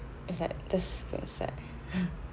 it's like just got set